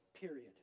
period